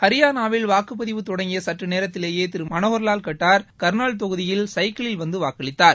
ஹரியானாவில் வாக்குப்பதிவு தொடங்கியசற்ற் நேரத்திலேயேதிருமனோகர் லால் கர்னால் தொகுதியில் சைக்கிளில் வந்துவாக்களித்தார்